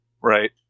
Right